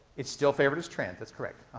it's still favored as trans. that's correct.